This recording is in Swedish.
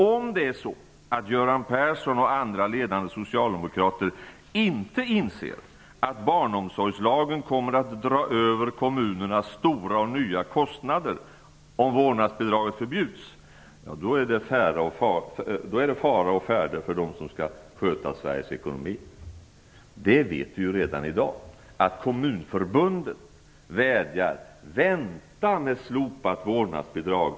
Om Göran Persson och andra ledande socialdemokrater inte inser att barnomsorgslagen kommer att dra över kommunerna stora och nya kostnader om vårdnadsbidraget förbjuds, då är det fara å färde för dem som skall sköta Sveriges ekonomi. Vi vet redan i dag att Kommunförbundet vädjar: Vänta med att slopa vårdnadsbidraget.